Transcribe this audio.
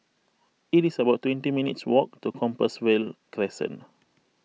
it is about twenty minutes' walk to Compassvale Crescent